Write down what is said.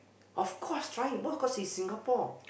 of course trying because he Singapore